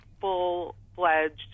full-fledged